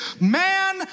man